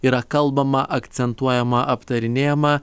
yra kalbama akcentuojama aptarinėjama